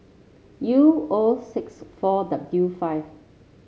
U O six four W five